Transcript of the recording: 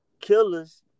killers